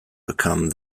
become